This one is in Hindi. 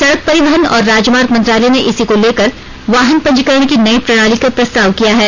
सड़क परिवहन और राजमार्ग मंत्रालय ने इसी को लेकर वाहन पंजीकरण की नई प्रणाली का प्रस्ताव किया है